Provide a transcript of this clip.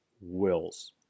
wills